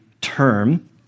term